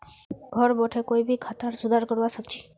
घरत बोठे कोई भी खातार सुधार करवा सख छि